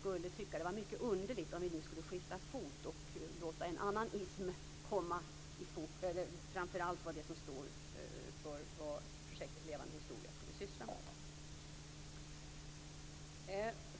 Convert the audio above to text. skulle tycka att det vore mycket underligt om vi nu skulle skifta fot och låta en annan ism stå för det som projektet Levande historia framför allt skall syssla med.